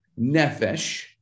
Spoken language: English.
nefesh